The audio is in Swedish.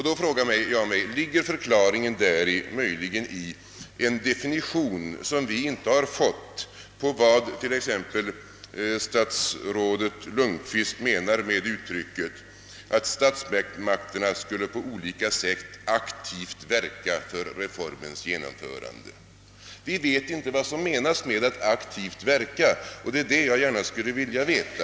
Då frågar jag mig: Ligger förklaringen möjligen i en definition som vi inte har fått på vad t.ex. statsrådet Lundkvist menar med uttrycket att statsmakterna skulle på olika sätt aktivt verka för reformens genomförande? Vi vet inte vad som menas med »aktivt verka» och det är det som jag nu gärna skulle vilja få veta.